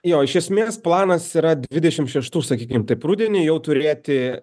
jo iš esmės planas yra dvidešim šeštų sakykim taip rudenį jau turėti